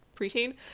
preteen